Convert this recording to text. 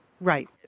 Right